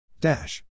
dash